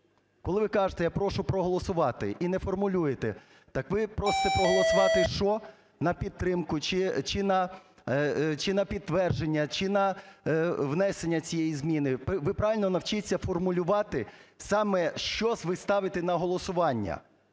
Коли ви кажете: "Я прошу проголосувати", – і не формулюєте, так ви просите проголосувати що: на підтримку чи на підтвердження, чи на внесення цієї зміни. Ви правильно навчіться формулювати саме що ви ставите на голосування.